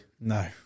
No